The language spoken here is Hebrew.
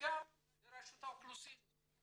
וגם לרשות האוכלוסין.